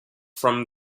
from